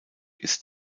ist